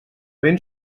ben